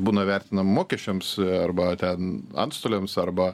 būna vertina mokesčiams arba ten antstoliams arba